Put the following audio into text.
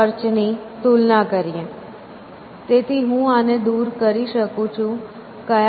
તેથી હું આને દૂર કરી શકું છું